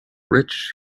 rich